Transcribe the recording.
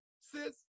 sis